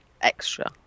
extra